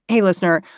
hey, listener,